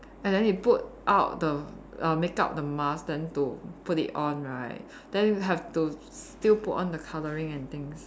and then they put out the uh makeup the mask then to put it on right then you have to still put on the colouring and things